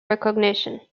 recognition